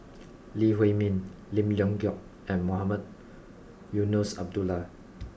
Lee Huei Min Lim Leong Geok and Mohamed Eunos Abdullah